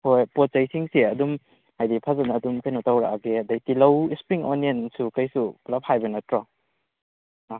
ꯍꯣꯏ ꯄꯣꯠ ꯆꯩꯁꯤꯡꯁꯦ ꯑꯗꯨꯝ ꯍꯥꯏꯗꯤ ꯐꯖꯟꯅ ꯑꯗꯨꯝ ꯀꯩꯅꯣ ꯇꯧꯔꯛꯑꯒꯦ ꯑꯗꯩ ꯇꯤꯂꯧ ꯁꯄ꯭ꯔꯤꯡ ꯑꯣꯅꯤꯌꯟꯁꯨ ꯀꯩꯁꯨ ꯄꯨꯂꯞ ꯍꯥꯏꯕ ꯅꯠꯇ꯭ꯔꯣ ꯑꯣ